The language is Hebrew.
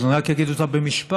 אז אני רק אגיד אותה במשפט: